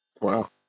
Wow